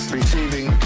receiving